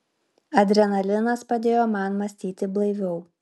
adrenalinas padėjo man mąstyti blaiviau